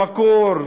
במקור,